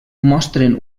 mostren